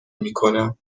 میکنم